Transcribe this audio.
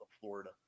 Florida